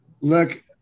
look